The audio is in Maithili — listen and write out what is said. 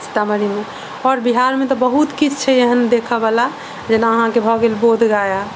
सीतामढ़ी मे आओर बिहार मे तऽ बहुत किछु छै एहन देखऽ वाला जेना अहाँके भऽ गेल बोधगया